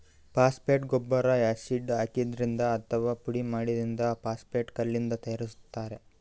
phosphate ಗೊಬ್ಬರ್ acid ಹಾಕಿದ್ರಿಂದ್ ಅಥವಾ ಪುಡಿಮಾಡಿದ್ದ್ ಫಾಸ್ಫೇಟ್ ಕಲ್ಲಿಂದ್ ತಯಾರಿಸ್ತಾರ್